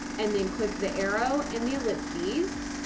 and then click the arrow, and the ellipses,